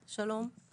שלום.